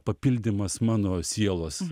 papildymas mano sielos